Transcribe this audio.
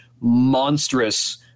monstrous